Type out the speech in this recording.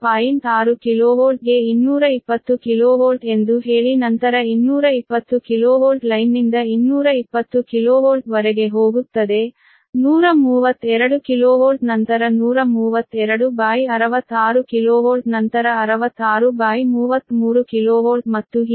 6 kV ಗೆ 220 kV ಎಂದು ಹೇಳಿ ನಂತರ 220 kV ಲೈನ್ನಿಂದ 220 kV ವರೆಗೆ ಹೋಗುತ್ತದೆ 132 kV ನಂತರ 13266 kV ನಂತರ 6633 kV ಮತ್ತು ಹೀಗೆ